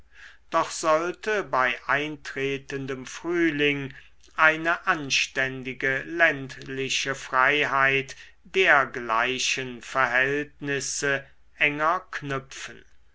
doch sollte bei eintretendem frühling eine anständige ländliche freiheit dergleichen verhältnisse enger knüpfen